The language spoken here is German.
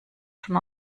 schon